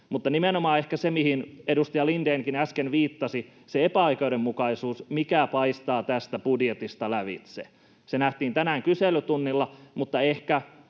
nimenomaan se, mihin edustaja Lindénkin äsken viittasi, se epäoikeudenmukaisuus, mikä paistaa tästä budjetista lävitse, nähtiin tänään kyselytunnilla. Ja ehkä